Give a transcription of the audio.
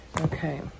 Okay